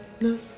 no